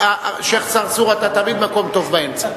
השיח' צרצור, אתה תמיד במקום טוב באמצע.